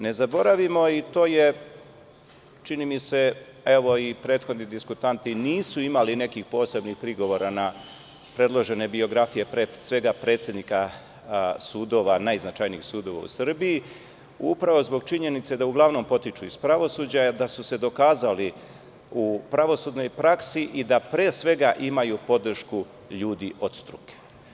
Ne zaboravimo, i to je čini mi se, evo i prethodni diskutanti nisu imali nekih posebnih prigovora na predložene biografije, pre svega predsednika najznačajnijih sudova u Srbiji, upravo zbog činjenice da uglavnom potiču iz pravosuđa, da su se dokazali u pravosudnoj praksi i da pre svega imaju podršku ljudi od struke.